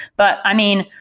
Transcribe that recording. but i mean,